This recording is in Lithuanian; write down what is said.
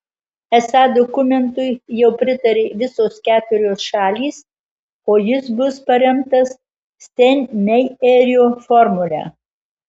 esą dokumentui jau pritarė visos keturios šalys o jis bus paremtas steinmeierio formule